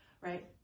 right